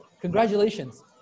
congratulations